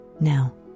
now